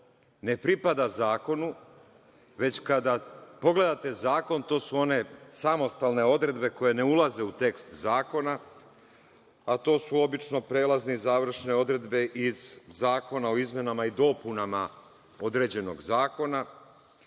ne pripada zakonu, već kad pogledate zakon to su one samostalne odredbe koje ne ulaze u tekst zakona, a to su obično prelazne i završen odredbe iz zakona o izmenama i dopunama određenog zakona,